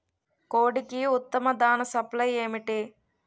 కోడికి ఉత్తమ దాణ సప్లై ఏమిటి?